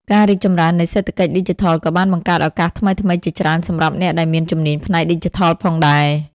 ការរីកចម្រើននៃសេដ្ឋកិច្ចឌីជីថលក៏បានបង្កើតឱកាសថ្មីៗជាច្រើនសម្រាប់អ្នកដែលមានជំនាញផ្នែកឌីជីថលផងដែរ។